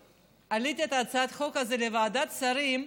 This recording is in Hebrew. כשהעליתי את הצעת החוק הזו לוועדת שרים,